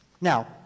Now